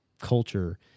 culture